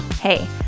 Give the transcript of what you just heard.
Hey